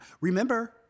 Remember